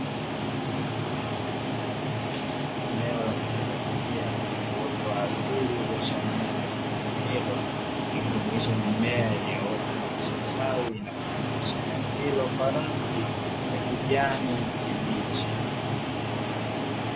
Eneo la kijiografia lenye uoto wa asili ulioshamiri katika eneo hilo; ikijumuisha mimea iliyoota na kustawi na kupendezesha eneo hilo kwa rangi ya kijani kibichi.